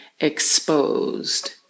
exposed